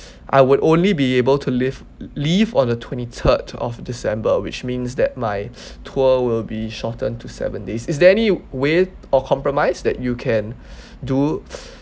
I would only be able to leave leave on the twenty third of december which means that my tour will be shortened to seven days is there any way or compromise that you can do